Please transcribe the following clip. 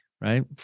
right